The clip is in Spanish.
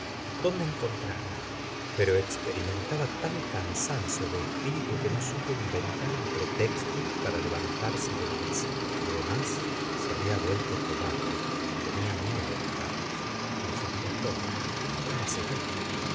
dónde en ontrarla pero experimentaba tal cansancio de espíritu que no supo inventar un pretexto para levantarse de la mesa además se había vuelto cobarde tenia miedo de carlos lo sabía todo estaba segura